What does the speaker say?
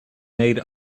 made